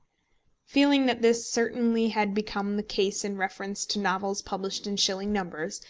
feeling that this certainly had become the case in reference to novels published in shilling numbers,